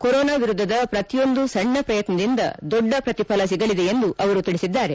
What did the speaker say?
corona ವಿರುದ್ಧದ ಪ್ರತಿಯೊಂದು ಸಣ್ಣ ಪ್ರಯತ್ನದಿಂದ ದೊಡ್ಡ ಪ್ರತಿಫಲ ಸಿಗಲಿದೆ ಎಂದು ಅವರು ತಿಳಿಸಿದ್ದಾರೆ